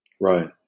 Right